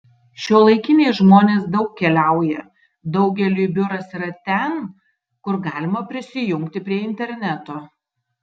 šiuolaikiniai žmonės daug keliauja daugeliui biuras yra ten kur galima prisijungti prie interneto